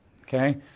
okay